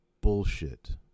Bullshit